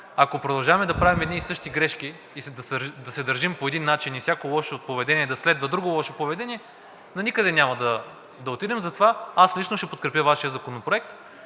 ако продължаваме да правим едни и същи грешки и да се държим по един начин и всяко лошо поведение да следва друго лошо поведение, доникъде няма да отидем. Затова аз лично ще подкрепя Вашия законопроект,